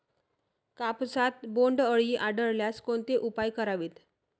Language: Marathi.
कापसात बोंडअळी आढळल्यास कोणते उपाय करावेत?